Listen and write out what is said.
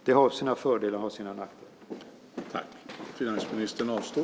Det har sina fördelar och nackdelar.